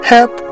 Help